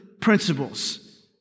principles